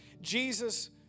Jesus